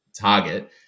target